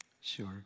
Sure